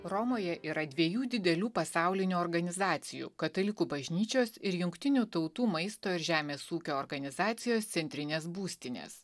romoje yra dviejų didelių pasaulinių organizacijų katalikų bažnyčios ir jungtinių tautų maisto ir žemės ūkio organizacijos centrinės būstinės